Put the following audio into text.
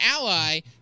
ally